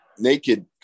naked